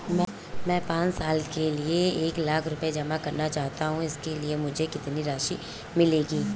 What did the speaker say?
मैं पाँच साल के लिए एक लाख रूपए जमा करना चाहता हूँ इसके बाद मुझे कितनी राशि मिलेगी?